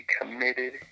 committed